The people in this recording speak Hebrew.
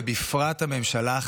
ובפרט הממשלה,